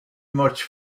much